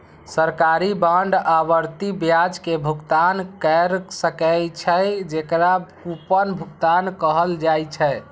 सरकारी बांड आवर्ती ब्याज के भुगतान कैर सकै छै, जेकरा कूपन भुगतान कहल जाइ छै